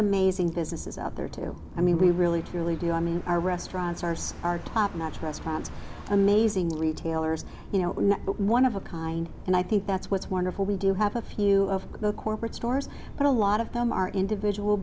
amazing businesses out there too i mean we really really do i mean our restaurants are so our top notch restaurants amazingly tailors you know one of a kind and i think that's what's wonderful we do have a few of the corporate stores but a lot of them are individual